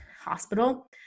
hospital